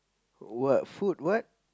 what food what